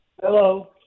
Hello